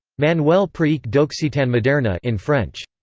manuel pratique d'occitan moderne ah in french.